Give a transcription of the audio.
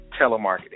Telemarketing